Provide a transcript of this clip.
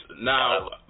now